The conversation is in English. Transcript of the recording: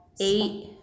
eight